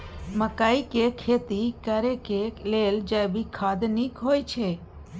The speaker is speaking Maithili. मकई के खेती करेक लेल जैविक खाद नीक होयछै?